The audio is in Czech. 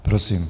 Prosím.